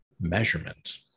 measurement